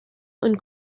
und